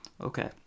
okay